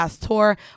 tour